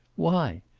why?